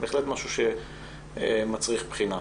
זה בהחלט משהו שמצריך בחינה.